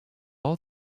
all